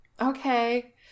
Okay